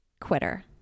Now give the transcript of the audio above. quitter